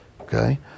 Okay